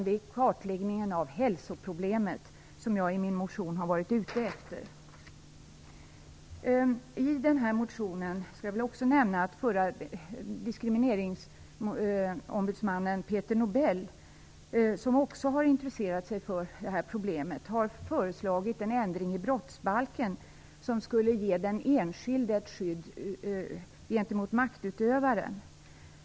Det är kartläggningen av hälsoproblemet jag i min motion har varit ute efter. Jag skall också i samband med denna motion nämna att förre diskrimineringsombudsmannen Peter Nobel, som också har intresserat sig för detta problem, har föreslagit en ändring i brottsbalken som skulle ge den enskilde ett skydd gentemot maktutövaren.